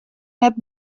net